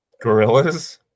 Gorillas